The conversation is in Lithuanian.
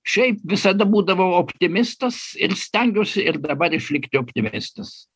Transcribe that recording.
šiaip visada būdavau optimistas ir stengiuosi ir dabar išlikti optimesnis